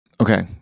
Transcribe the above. Okay